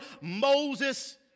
Moses